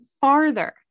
farther